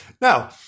now